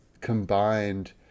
combined